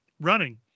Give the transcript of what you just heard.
running